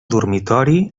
dormitori